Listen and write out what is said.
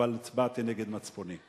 אבל הצבעתי נגד מצפוני.